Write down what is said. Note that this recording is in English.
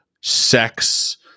sex